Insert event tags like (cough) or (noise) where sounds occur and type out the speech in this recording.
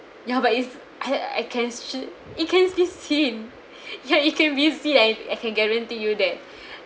ya but is I I can she he can still see it (breath) ya he can really see and I can guarantee you that